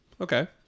okay